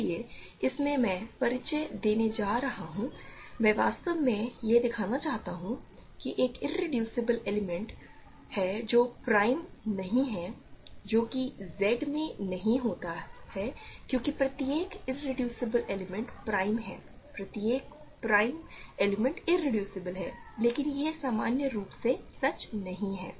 इसलिए इसमें मैं परिचय देना चाहता हूं मैं वास्तव में यह दिखाना चाहता हूं कि एक इरेड्यूसिबल एलिमेंट है जो प्राइम नहीं है जो कि Z में नहीं होता है क्योंकि प्रत्येक इरेड्यूसिबल एलिमेंट प्राइम है प्रत्येक प्राइम एलिमेंट इरेड्यूसेबल है लेकिन यह सामान्य रूप से सच नहीं है